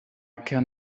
can